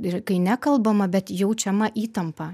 ir kai nekalbama bet jaučiama įtampa